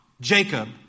Jacob